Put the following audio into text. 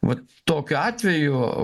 vat tokiu atveju